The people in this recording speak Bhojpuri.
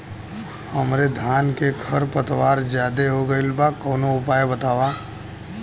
हमरे धान में खर पतवार ज्यादे हो गइल बा कवनो उपाय बतावा?